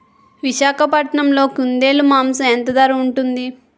విశాఖపట్నంలో కుందేలు మాంసం ఎంత ధర ఉంటుంది?